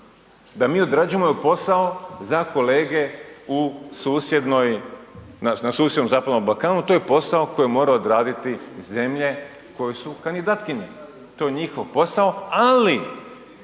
da mi odrađujemo posao za kolege u susjednoj na susjednom Zapadnom Balkanu, to je posao koje moraju odraditi zemlje koje su kandidatkinje, to je njihov posao. Ali